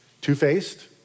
Two-faced